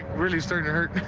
really start to hurt.